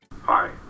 Hi